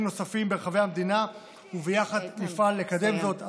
נוספים ברחבי המדינה וביחד נפעל לקדם זאת.